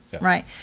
Right